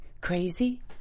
Crazy